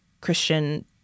Christian